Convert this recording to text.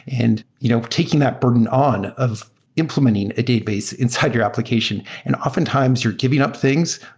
and you know taking that burden on of implementing a database inside your application and often times you're giving up things.